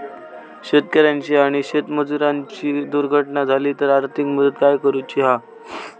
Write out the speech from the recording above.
शेतकऱ्याची आणि शेतमजुराची दुर्घटना झाली तर आर्थिक मदत काय करूची हा?